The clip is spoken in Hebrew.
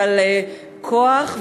ועל כוח,